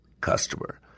customer